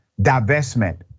divestment